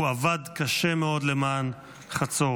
והוא עבד קשה מאוד למען חצור.